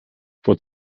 vor